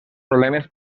problemes